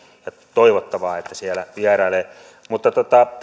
toivottavaa että siellä vierailee